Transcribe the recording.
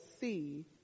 see